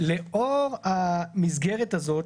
לאור המסגרת הזו,